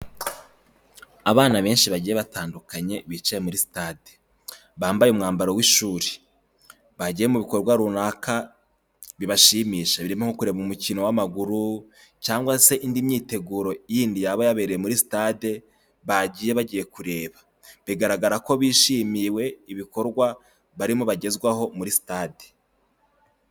Abana benshi bagiye batandukanye bicaye muri sitade, bambaye umwambaro w'ishuri, bagiye mu bikorwa runaka bibashimisha birimo kureba umukino w'amaguru, cyangwa se indi myiteguro yindi yaba yabereye muri sitade bagiye bagiye kureba. Bigaragara ko bishimiwe ibikorwa barimo bagezwaho muri sitade.